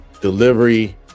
delivery